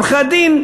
עורכי-הדין,